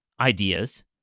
ideas